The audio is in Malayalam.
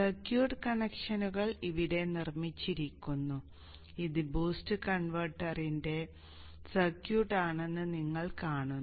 സർക്യൂട്ട് കണക്ഷനുകൾ ഇവിടെ നിർമ്മിച്ചിരിക്കുന്നു ഇത് ബൂസ്റ്റ് കൺവെർട്ടറിന്റെ സർക്യൂട്ട് ആണെന്ന് നിങ്ങൾ കാണുന്നു